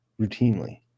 routinely